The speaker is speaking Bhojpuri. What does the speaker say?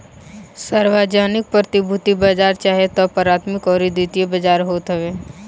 सार्वजानिक प्रतिभूति बाजार चाहे तअ प्राथमिक अउरी द्वितीयक बाजार होत हवे